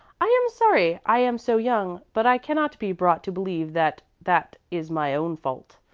i am sorry i am so young, but i cannot be brought to believe that that is my own fault.